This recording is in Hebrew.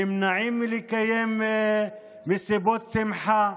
נמנעים מלקיים מסיבות שמחה.